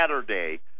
Saturday